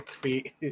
tweet